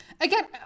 again